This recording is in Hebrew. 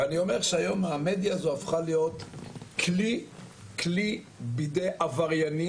ואני אומר שהיום המדיה הזו הפכה להיות כלי בידי עבריינים,